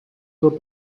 toho